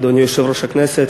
אדוני יושב-ראש הכנסת,